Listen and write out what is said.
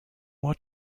what